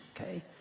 okay